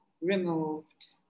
Removed